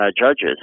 judges